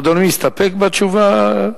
אדוני מסתפק בתשובה?